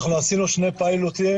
אנחנו עשינו שני פיילוטים,